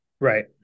Right